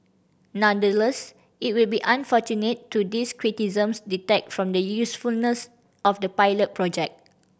nonetheless it will be unfortunate to these criticisms detract from the usefulness of the pilot project